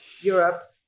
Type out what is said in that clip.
Europe